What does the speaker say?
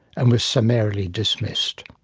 and was summarily dismissed.